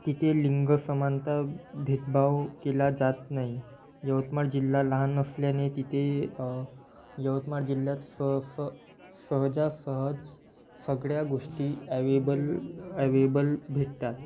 तिथे लिंग समानता भेदभाव केला जात नाही यवतमाळ जिल्हा लहान असल्याने तिथे यवतमाळ जिल्ह्यात स स सहजासहज सगळ्या गोष्टी ॲवेबल ॲवेबल भेटतात